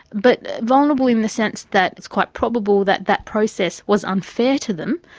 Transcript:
but vulnerable in the sense that it's quite probable that that process was unfair to them,